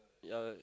yeah yeah